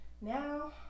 now